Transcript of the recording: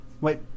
Wait